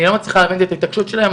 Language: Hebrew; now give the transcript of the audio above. אני לא מצליחה להבין את ההתעקשות שלהם.